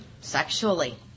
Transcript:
sexually